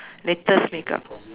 latest makeup